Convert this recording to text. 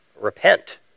repent